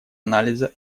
анализа